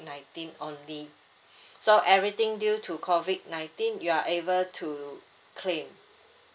nineteen only so everything due to COVID nineteen you are able to claim